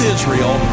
Israel